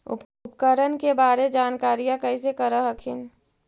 उपकरण के बारे जानकारीया कैसे कर हखिन?